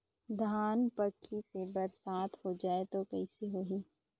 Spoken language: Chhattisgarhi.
धान पक्की से बरसात हो जाय तो कइसे हो ही?